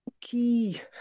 key